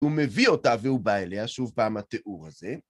הוא מביא אותה והוא בא אליה, שוב בא מהתיאור הזה.